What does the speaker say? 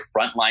frontline